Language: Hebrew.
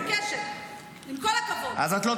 את יודעת מה,